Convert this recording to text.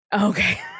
Okay